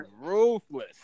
ruthless